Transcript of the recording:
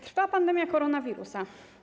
Trwa pandemia koronawirusa.